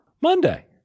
Monday